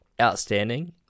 Outstanding